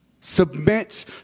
Submit